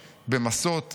"במסות,